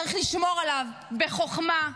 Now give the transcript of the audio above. צריך לשמור עליו בחכמה,